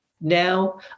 now